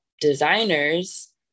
designers